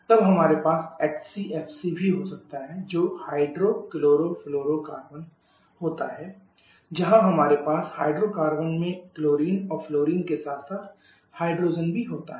तब हमारे पास HCFC भी हो सकता है जो हाइड्रोक्लोरोफ्लोरोकार्बन होता है जहां हमारे पास हाइड्रोकार्बन में क्लोरीन और फ्लोरीन के साथ साथ हाइड्रोजन भी होता है